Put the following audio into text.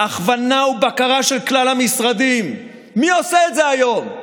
הכוונה ובקרה של כלל המשרדים" מי עושה את זה היום?